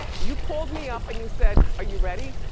you called me up and you said, are you ready?